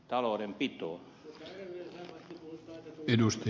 arvoisa puhemies